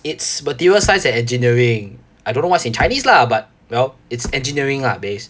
it's material science and engineering I don't know what's in chinese lah but well it's engineering lah base